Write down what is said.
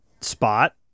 spot